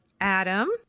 Adam